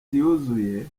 yuzuye